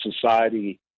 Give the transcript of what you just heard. society